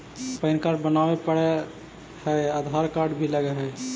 Pan card बनावे पडय है आधार कार्ड भी लगहै?